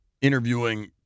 interviewing